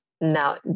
now